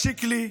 שיקלי,